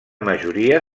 majoria